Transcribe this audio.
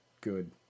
good